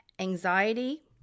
anxiety